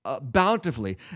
Bountifully